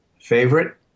Favorite